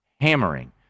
hammering